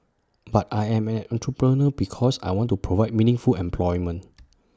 but I am an entrepreneur because I want to provide meaningful employment